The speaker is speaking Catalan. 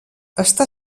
està